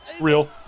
Real